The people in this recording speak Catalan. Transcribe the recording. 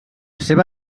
seva